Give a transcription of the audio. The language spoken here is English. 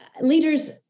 leaders